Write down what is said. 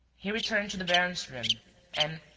he returned to the baron's room and,